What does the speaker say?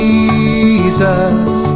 Jesus